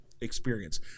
experience